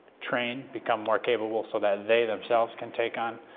train, become more capable so that they themselves can take on,